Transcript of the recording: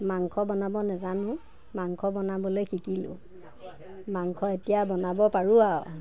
মাংস বনাব নাজানো মাংস বনাবলৈ শিকিলোঁ মাংস এতিয়া বনাব পাৰোঁ আৰু